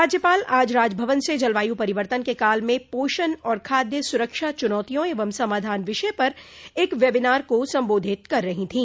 राज्यपाल आज राजभवन से जलवायु परिवर्तन के काल में पोषण और खाद्य सुरक्षा चुनौतियां एवं समाधान विषय पर एक वेबिनार को संबोधित कर रही थी